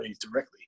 directly